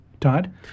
Todd